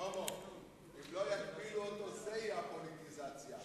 שלמה, אם לא יגבילו אותו, זאת תהיה הפוליטיזציה.